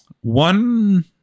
One